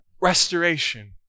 restoration